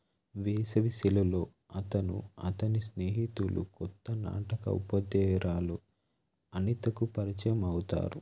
వేసవి సెలవలలో అతను అతని స్నేహితులు కొత్త నాటక ఉపాధ్యాయురాలు అనితకు పరిచయం అవుతారు